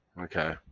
Okay